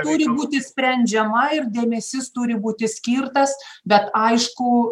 turi būti sprendžiama ir dėmesys turi būti skirtas bet aišku